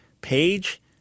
page